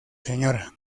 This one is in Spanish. sra